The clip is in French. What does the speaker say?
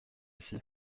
ici